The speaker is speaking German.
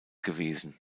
gewesen